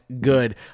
good